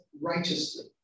righteously